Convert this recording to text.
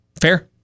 Fair